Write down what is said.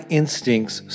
instincts